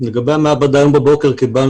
ויש לי המון הערכה למה שקורה פה.